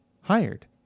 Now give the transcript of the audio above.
Hired